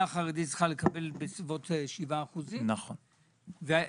החרדית צריכה לקבל בסביבות 7%. היה אצלי,